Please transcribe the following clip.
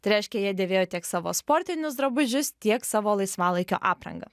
tai reiškia jie dėvėjo tiek savo sportinius drabužius tiek savo laisvalaikio aprangą